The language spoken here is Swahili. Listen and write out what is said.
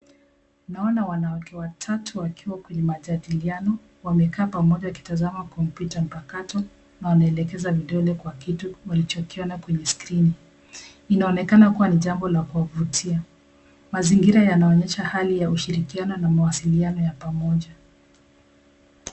Naona wanawake watatu wakiwa kwenye majadiliano, wamekaa pamoja wakitazama komputa ya mpakato na wanaelekeza vidole kwa kitu walichokiona kwenye skrini. Inaonekana kuwa ni jambo la kuwavutia. Mazingira yanaonyesha hali ya ushirikiano na mawasiliano ya pamoja.